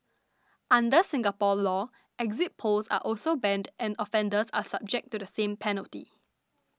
under Singapore law exit polls are also banned and offenders are subject to the same penalty